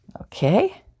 Okay